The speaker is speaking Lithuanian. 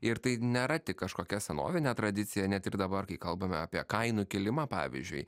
ir tai nėra tik kažkokia senovinė tradicija net ir dabar kai kalbame apie kainų kilimą pavyzdžiui